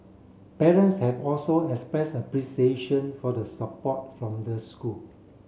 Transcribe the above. parents have also expressed appreciation for the support from the school